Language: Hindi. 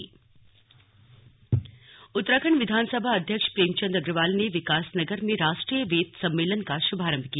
स्लग विधानसभा अध्यक्ष उत्तराखंड विधानसभा अध्यक्ष प्रेम चंद अग्रवाल ने विकास नगर में राष्ट्रीय वेद सम्मेलन का शुभारंभ किया